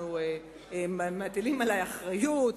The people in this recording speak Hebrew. מטילים עלי אחריות,